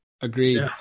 agreed